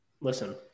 listen